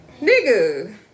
nigga